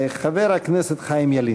חבר הכנסת חיים ילין.